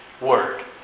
word